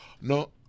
no